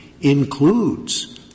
includes